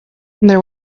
there